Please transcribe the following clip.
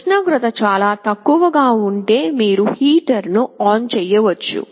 ఉష్ణోగ్రత చాలా తక్కువగా ఉంటే మీరు హీటర్ను ఆన్ చేయవచ్చు